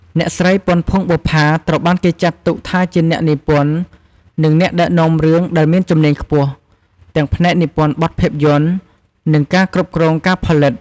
អ្នកស្រី ពាន់ ភួងបុប្ផា ត្រូវបានគេចាត់ទុកថាជាអ្នកនិពន្ធ និងអ្នកដឹកនាំរឿងដែលមានជំនាញខ្ពស់ ទាំងផ្នែកនិពន្ធបទភាពយន្ត និងការគ្រប់គ្រងការផលិត។